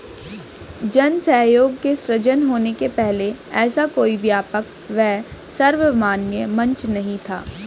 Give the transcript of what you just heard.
जन सहयोग के सृजन होने के पहले ऐसा कोई व्यापक व सर्वमान्य मंच नहीं था